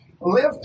Lift